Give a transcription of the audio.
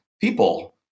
people